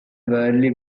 worldly